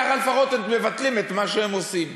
ככה לפחות הם מבטלים את מה שהם עושים.